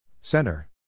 Center